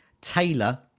Taylor